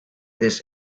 this